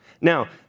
Now